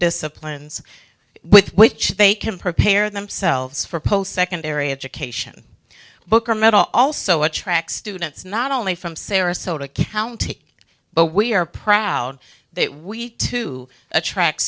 disciplines with which they can prepare themselves for post secondary education book or medal also attract students not only from sarasota county but we are proud that we to attract